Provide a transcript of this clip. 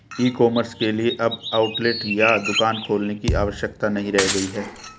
ई commerce के लिए अब आउटलेट या दुकान खोलने की आवश्यकता नहीं रह गई है